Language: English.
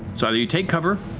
so either you take cover,